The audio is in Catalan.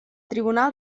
tribunal